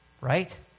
right